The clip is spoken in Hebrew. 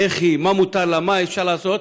איך היא, מה מותר לה, מה אפשר לעשות,